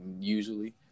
usually